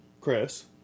Chris